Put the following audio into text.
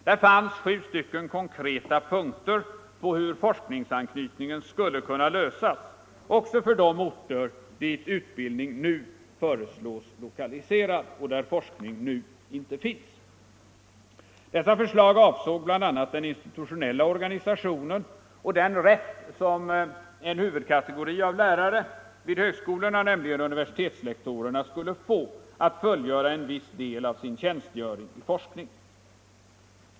Där fanns sju stycken konkreta punkter med angivande av hur forskningsanknytningen skulle kunna lösas också för de orter dit utbildning nu föreslås bli lokaliserad och där forskning inte finns. Dessa förslag avsåg bl.a. den institutionella organisationen och den rätt som en huvudkategori av lärare vid högskolorna — universitetslektorerna — skulle få att fullgöra en viss del av sin tjänstgöring i forskning.